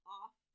off